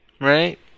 Right